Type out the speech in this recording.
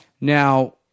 Now